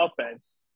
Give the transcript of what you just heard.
offense